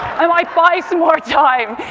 i might buy some more time.